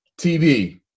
TV